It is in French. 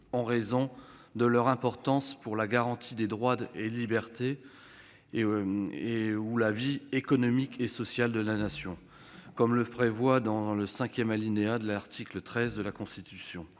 en raison de leur importance pour la garantie des droits et libertés ou la vie économique et sociale de la Nation », comme le prévoit le cinquième alinéa de l'article 13 de la Constitution.